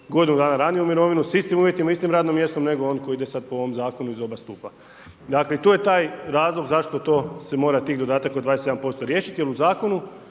godinu dana ranije u mirovinu, s istim uvjetima, istim radnom mjestu, nego on koji ide sad po ovom zakonu iz oba stupa. Dakle tu je taj razlog zašto se mora taj dodatak od 27% riješit jer u zakonu